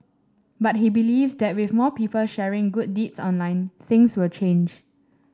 but he believes that with more people sharing good deeds online things will change